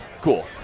Cool